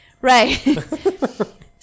Right